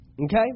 Okay